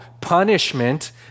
punishment